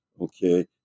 Okay